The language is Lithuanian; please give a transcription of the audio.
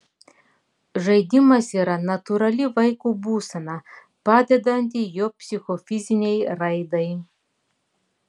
žaidimas yra natūrali vaiko būsena padedanti jo psichofizinei raidai